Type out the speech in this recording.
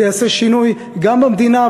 זה יעשה שינוי גם למדינה,